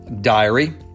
diary